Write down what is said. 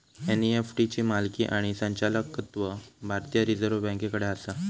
NEFT ची मालकी आणि संचालकत्व भारतीय रिझर्व बँकेकडे आसा